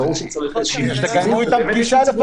ברור שצריך איזו נציגות --- תקבעו אתם פגישה,